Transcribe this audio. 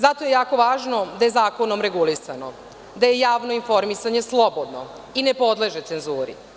Zato je jako važno da je zakonom regulisano, da je javno informisanje slobodno i ne podleže cenzuri.